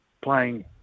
playing